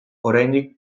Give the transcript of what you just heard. oraindik